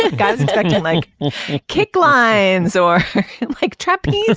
god like kick lines or like tripping